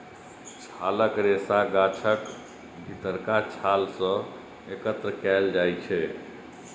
छालक रेशा गाछक भीतरका छाल सं एकत्र कैल जाइ छै